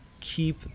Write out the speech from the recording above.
keep